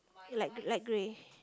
light light grey